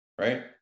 right